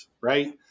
right